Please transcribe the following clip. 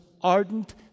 ardent